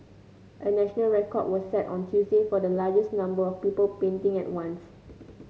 a national record was set on Tuesday for the largest number of people painting at once